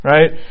Right